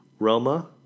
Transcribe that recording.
Roma